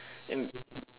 and